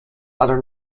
other